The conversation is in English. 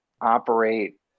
operate